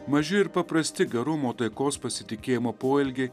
maži ir paprasti gerumo taikos pasitikėjimo poelgiai